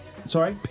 Sorry